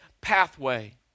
pathway